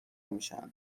میشن